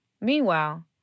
Meanwhile